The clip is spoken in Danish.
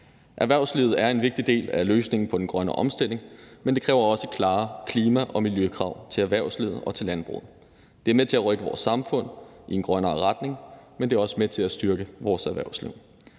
Erhvervslivet er en vigtig del af løsningen på den grønne omstilling, men det kræver også klare klima- og miljøkrav til erhvervslivet og til landbruget. Det er med til at rykke vores samfund i en grønnere retning, men det er også med til at styrke vores erhvervsliv.